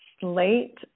slate